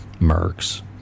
Mercs